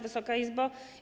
Wysoka Izbo!